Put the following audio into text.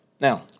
Now